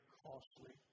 costly